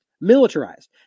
militarized